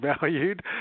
valued